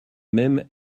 même